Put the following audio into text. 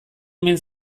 omen